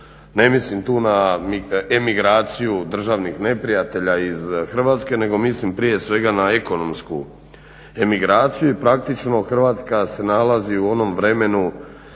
ne mislim tu na emigraciju državnih neprijatelja iz Hrvatske, nego mislim prije svega na ekonomsku emigraciju i praktično Hrvatska se nalazi u onom vremenu